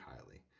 highly